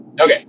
Okay